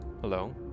Hello